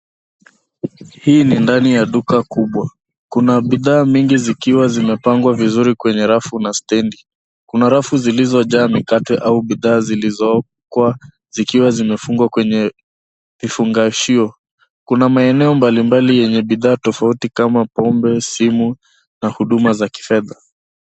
Hii ni ndani ya duka kubwa. Kuna bidhaa mingi zikiwa zimepangwa vizuri kwenye rafu na stendi. Kuna rafu zilizojaa mikate au bidhaa zilizowekwa zikiwa zimefungwa kwenye vifungashio. Kuna maeneo mbalimbali yenye bidhaa tofauti kama pombe, simu na huduma za kifedha.